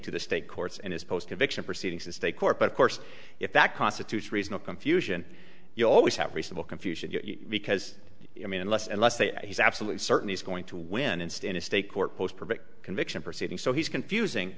to the state courts and his post eviction proceedings in state court but of course if that constitutes reason of confusion you always have resubmit confusion because i mean unless unless they he's absolutely certain he's going to win and stay in a state court post perfect conviction proceeding so he's confusing